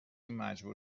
مجبور